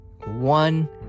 One